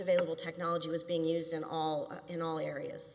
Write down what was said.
available technology was being used in all in all areas